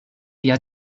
lia